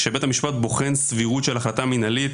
כשבית המשפט בוחן סבירות של החלטה מינהלית,